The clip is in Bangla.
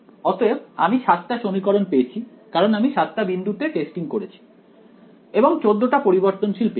অতএব আমি 7 টা সমীকরণ পেয়েছি কারণ আমি 7 টা বিন্দুতে টেস্টিং করেছি এবং 14 টা পরিবর্তনশীল পেয়েছি